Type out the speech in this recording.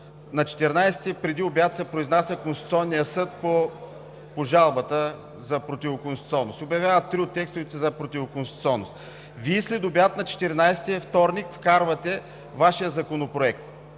на 14-и. Преди обяд се произнася Конституционният съд по жалбата за противоконституционност – обявява три от текстовете за противоконституционни. Вие следобед на 14 юли, вторник, вкарвате Вашия законопроект.